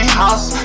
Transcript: house